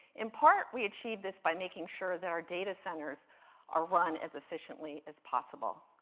in part, we achieved this by making sure that our data centers are run as efficiently as possible.